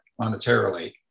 monetarily